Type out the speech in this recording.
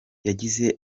yagize